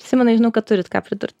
simonai žinau kad turit ką pridurt